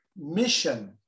mission